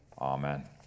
Amen